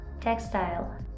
Textile